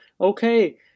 Okay